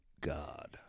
God